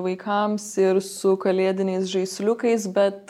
vaikams ir su kalėdiniais žaisliukais bet